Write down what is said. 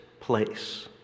place